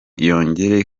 yongere